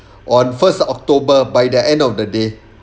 on first october by the end of the day